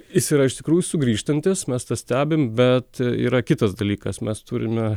jis yra iš tikrųjų sugrįžtantis mes tą stebim bet yra kitas dalykas mes turime